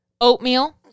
oatmeal